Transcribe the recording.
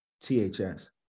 THS